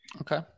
Okay